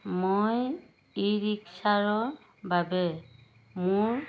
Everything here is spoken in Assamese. মই ই ৰিক্সাৰ বাবে মোৰ